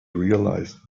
realised